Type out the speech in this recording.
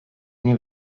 nie